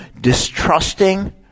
distrusting